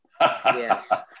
yes